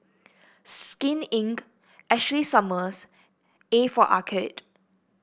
Skin Inc Ashley Summers A for Arcade